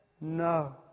no